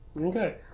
Okay